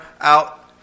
out